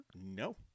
No